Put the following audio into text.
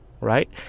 Right